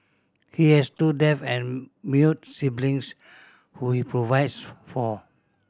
he has two deaf and mute siblings who he provides for